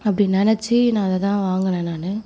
அப்படி நினச்சி நான் அதைதான் வாங்குனேன் நான்